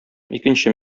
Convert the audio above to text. икенче